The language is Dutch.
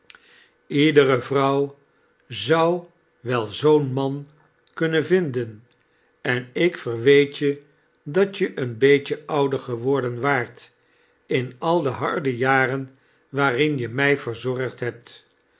iedere vrouw zou wel zoo'n man kunnen vinden en ik verweet je dat je een beetje ouder geworden waart in al de harde jaren waarin je mij verzorgd hebt